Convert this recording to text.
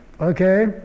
okay